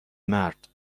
مرد